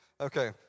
Okay